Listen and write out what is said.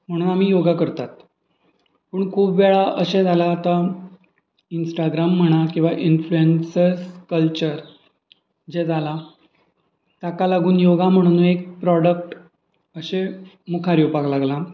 म्हणून आमी योगा करतात पूण खूब वेळा अशें जालां आतां इंस्टाग्राम म्हणा किंवां इन्फ्लुएन्सर्स कल्चर जें जालां ताका लागून योगा म्हणून एक प्रोडक्ट अशें मुखार येवपाक लागलां